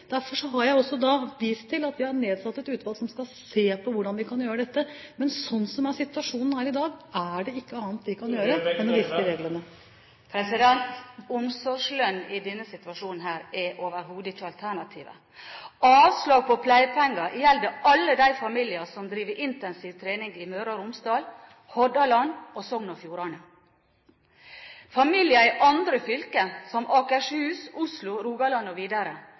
vist til at vi har nedsatt et utvalg som skal se på hvordan vi kan gjøre dette. Men sånn som situasjonen er i dag, er det ikke annet vi kan gjøre enn å vise til reglene. Omsorgslønn i denne situasjonen her er overhodet ikke alternativet. Avslag på pleiepenger gjelder alle de familier med barn som driver intensiv trening i Møre og Romsdal, Hordaland og Sogn og Fjordane. Familier i andre fylker, som Akershus, Oslo, Rogaland og videre,